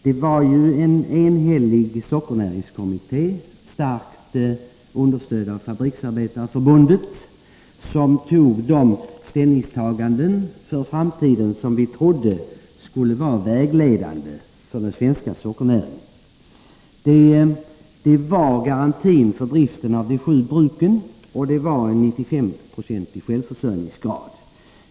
Det var ju en enhällig sockernäringskommitté, starkt understödd av Fabriksarbetareförbundet, som gjorde de ställningstaganden för framtiden som man trodde skulle vara vägledande för den svenska sockernäringen. Ställningstagandena innebar en garanti för driften vid de sju bruken och en 95-procentig självförsörjningsgrad.